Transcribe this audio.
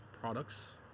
products